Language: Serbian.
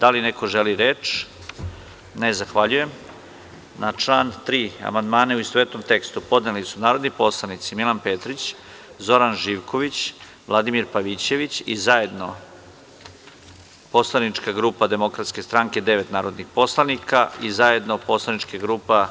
Da li neko želi reč? (Ne) Na član 3. amandmane u istovetnom tekstu podneli su narodni poslanici Milan Petrić, Zoran Živković, Vladimir Pavićević, zajedno poslanička grupa Demokratske stranke, devet narodnih poslanika i zajedno poslanička grupa